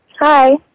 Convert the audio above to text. Hi